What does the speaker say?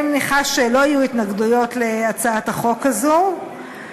אני מניחה שלא יהיו התנגדויות להצעת החוק הזאת,